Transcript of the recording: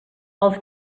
els